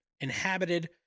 inhabited